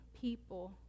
people